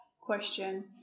question